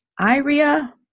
Iria